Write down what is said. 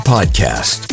Podcast